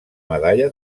medalla